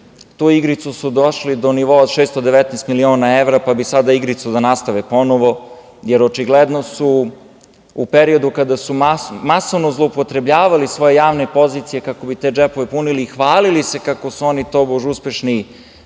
toj igrici su došli do nivoa od 619 miliona evra, pa bi sada igricu da nastaveponovo, jer očigledno su u periodu kada su masovno zloupotrebljavali svoje javne pozicije, kako bi te džepove punili i hvalili se kako su oni, tobože uspešni